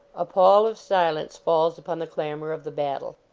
a pall of silence falls upon the clamor of the battle.